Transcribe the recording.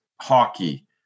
hockey